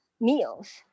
meals